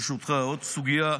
ברשותך, עוד סוגיה.